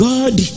God